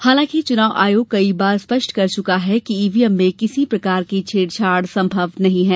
हालांकि चुनाव आयोग कई बार स्पष्ट कर चुका है कि ईवीएम में किसी प्रकार की छेड़छाड संभव नहीं है